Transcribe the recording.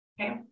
Okay